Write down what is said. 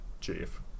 Chief